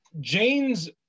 Jane's-